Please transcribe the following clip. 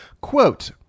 Quote